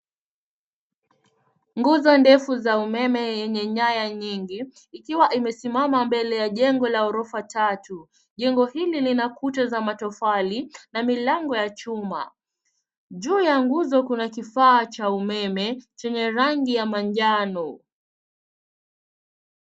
Nguzo ndefu za umeme yenye nyaya nyingi ikiwa imesimama mbele ya jengo ya ghorofa tatu. Jengo hili lina kuta za matofali na milango ya chuma. Juu ya nguzo kuna kifaa cha umeme chenye rangi ya manjano.